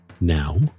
Now